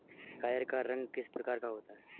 गाजर का रंग किस प्रकार का होता है?